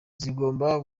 zigomba